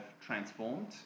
transformed